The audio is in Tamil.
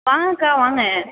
வாங்க அக்கா வாங்க